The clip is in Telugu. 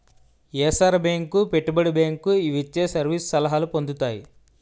ఏసార బేంకు పెట్టుబడి బేంకు ఇవిచ్చే సర్వీసు సలహాలు పొందుతాయి